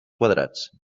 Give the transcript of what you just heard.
quadrats